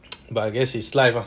but I guess is life lah